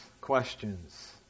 Questions